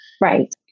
right